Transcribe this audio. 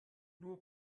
nur